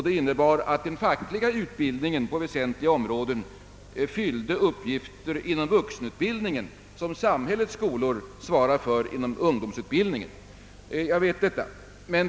Det innebar att den fackliga utbildningen på väsentliga områden har hand om de uppgifter inom vuxenutbildningen som samhällets skolor svarar för inom ungdomsutbildningen. Jag vet detta.